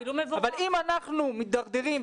אבל אם אנחנו מתדרדרים,